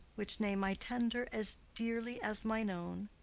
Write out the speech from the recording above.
which name i tender as dearly as mine own,